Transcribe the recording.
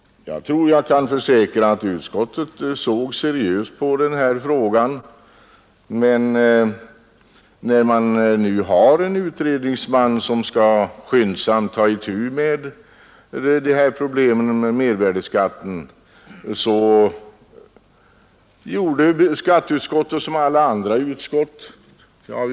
Jag kan försäkra att utskottet såg seriöst på denna fråga, men när man nu har en utredningsman som skyndsamt skall ta itu med problemen i fråga om mervärdeskatten gjorde skatteutskottet som alla andra utskott gör.